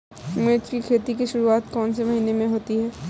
मिर्च की खेती की शुरूआत कौन से महीने में होती है?